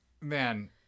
Man